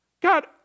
God